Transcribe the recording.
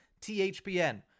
THPN